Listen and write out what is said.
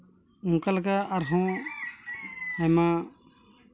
ᱚᱱᱠᱟ ᱞᱮᱠᱟ ᱟᱨᱦᱚᱸ ᱟᱭᱢᱟ